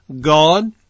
God